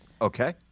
Okay